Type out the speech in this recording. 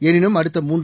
எளினும் அடுத்த மூன்று